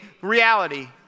reality